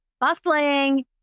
bustling